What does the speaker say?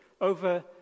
over